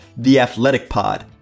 theathleticpod